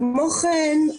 כמו כן,